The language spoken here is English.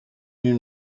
you